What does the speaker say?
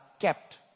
kept